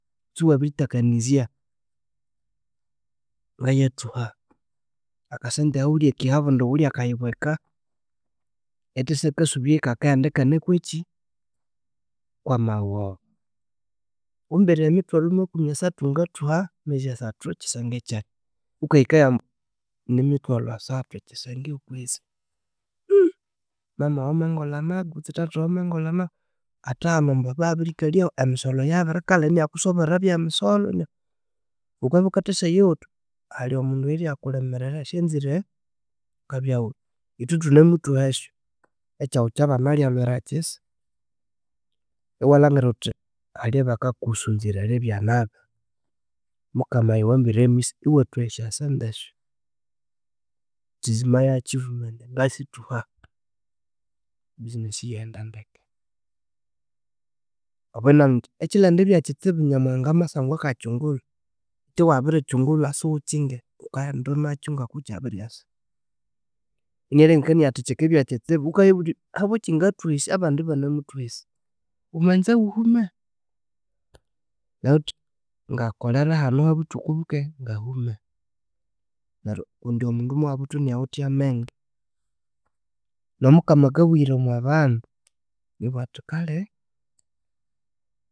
﻿Kutsi iwabirithakanizya, ngayathuha akasente ahawulyakiha obundi wulyakayibweka, erithasyakasubyayo kakenda ikanakwekyi kwamawoba, wumbereraye emithwalhu makumi asathu ngathuha mezi asathu ekyisenge kyayi wukahikayo ambu nimithwalhu asathu ekyisenge okwezi mama wamangolha nabi kutsi thatha wamangolha nabi, athihano ambu babyababirikalyahu emisolho yabirikalha inakusuborera ebyamisolho wukabya wukathasyayowa halhi omundu oyuyakulimirira syanzire wukabyahu, ithwethunemuthuha esyo ekyawu kyabanayalhwera kyisa yiwalhangira wuthi halhi abakakusuzira eribyanabi, mukama yuwambire misi yiwathuha esyosente esyo, it is my achievement ngasithuha ebusiness eyaghenda ndeke obonabuwa indi ekyiryendibya kyitsibu nyamuhanga amasangwa kakyingulha ewabirikyingulha siwukyinge wukaghenda nakyu ngokokyabiryasa yinalhengekania athi kyikindibyakitsibu wukayibulya wuthi habwekyi ngathuha esi abandi yibanemuthuha esi, wamaza wuhume ngakolhere hanu habuthuku bukye ngahume neryo kundi mundu mwabuthwa yinawithe ameghenge nomukama akabuwira omwabandu yinabuwathikale.